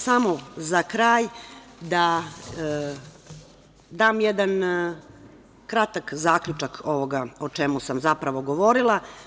Samo za kraj da dam jedan kratak zaključak ovoga o čemu sam zapravo govorila.